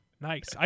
Nice